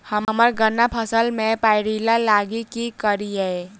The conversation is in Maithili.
हम्मर गन्ना फसल मे पायरिल्ला लागि की करियै?